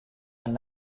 and